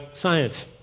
science